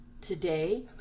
Today